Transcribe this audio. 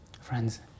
Friends